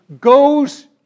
goes